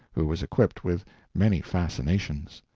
who was equipped with many fascinations.